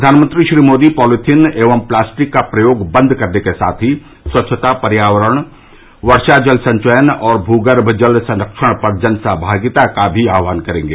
प्रधानमंत्री श्री मोदी पॉलीथिन एवं प्लास्टिक का प्रयोग बंद करने के साथ ही स्वच्छता पर्यावरण वर्षाजल संचयन और भूगर्मजल संरक्षण पर जनसहभागिता का भी आह्वान करेंगे